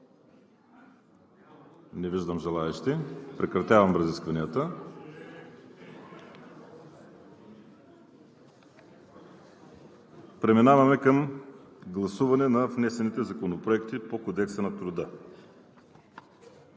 Не виждам желаещи. Прекратявам разискванията. Преминаваме към гласуване на внесените законопроекти по Кодекса на труда.